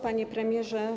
Panie Premierze!